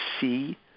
see